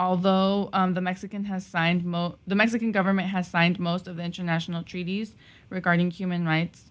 although the mexican has signed the mexican government has signed most of the international treaties regarding human rights